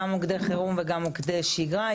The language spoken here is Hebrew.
גם מוקדי חירום וגם מוקדי שגרה,